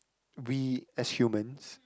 we as humans